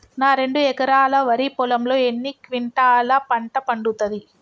నా రెండు ఎకరాల వరి పొలంలో ఎన్ని క్వింటాలా పంట పండుతది?